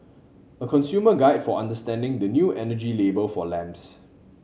a consumer guide for understanding the new energy label for lamps